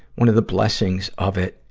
one of the blessings of it,